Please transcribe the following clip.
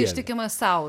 ištikimas sau